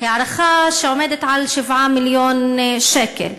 הערכה שעומדת על 7 מיליון שקל.